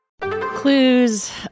Clues